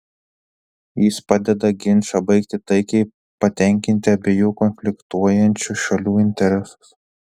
jis padeda ginčą baigti taikiai patenkinti abiejų konfliktuojančių šalių interesus